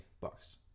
bucks